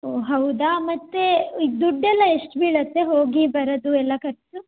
ಓಹ್ ಹೌದಾ ಮತ್ತು ಈಗ ದುಡ್ಡು ಎಲ್ಲ ಎಷ್ಟು ಬೀಳುತ್ತೆ ಹೋಗಿ ಬರೋದು ಎಲ್ಲ ಖರ್ಚು